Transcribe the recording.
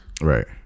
Right